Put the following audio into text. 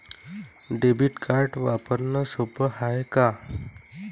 Debit card वापरणं सोप हाय का?